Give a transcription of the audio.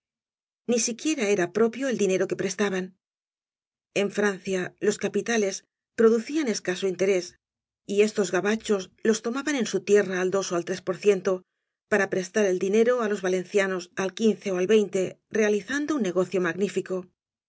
ni siquiera era propio el dinero que prestaban en francia los capitales producían escaso interés y estos gabachos los tomaban en su tierra al dos ó al tres por ciento para prestar el dinero á los valencianos al quince al veinte realizando un negocio magnifico